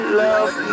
love